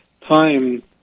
time